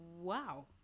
Wow